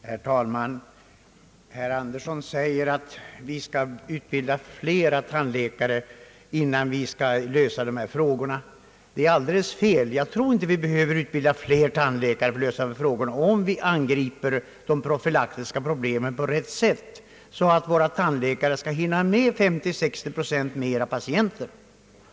Herr talman! Herr Birger Andersson säger att vi skall utbilda fler tandläkare innan vi kan lösa dessa frågor. Detta är ej viktigast. Jag tror inte, att vad vi främst behöver är att utbilda fler tandläkare om vi angriper de profylaktiska problemen på rätt sätt, så att våra tandläkare hinner med 50 till 60 procent fler patienter.